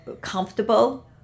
comfortable